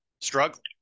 struggling